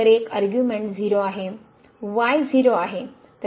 तर एक आर्ग्यूमेनट 0 आहे y 0 आहे